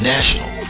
National